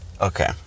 okay